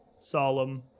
solemn